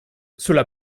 cela